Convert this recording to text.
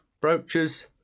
brooches